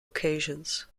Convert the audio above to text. occasions